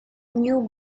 knew